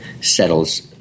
settles